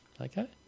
okay